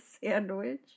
Sandwich